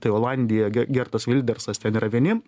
tai olandija gertas vildersas ten yra vieni